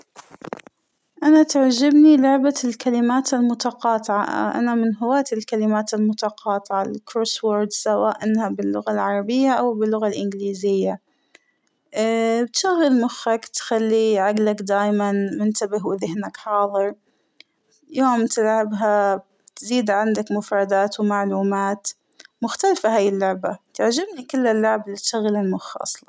أنا تعجبنى لعبة الكلمات المتقاطعة ، أنا من هواة الكلمات المتقاطعة الكروس وورد سواء إنها باللغة العربية أو باللغة الإنجليزية ، اا- تشغل مخك تخلى عقلك دايماً منتبه وذهنك حاضر ، يوم تلعبها بتزيد عندك مفردات ومعلومات ، مختلفة هاى اللعبة ، بتعجبنى كل اللعب اللى تشغل المخ اصلاً.